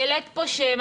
העלית פה שם,